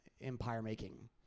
empire-making